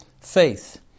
faith